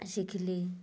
ଶିଖିଲି